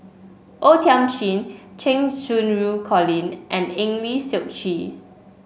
O Thiam Chin Cheng Xinru Colin and Eng Lee Seok Chee